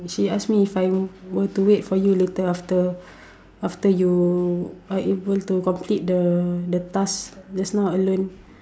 she ask me if I'm were to wait for you later after after you are able to complete the the task just now alone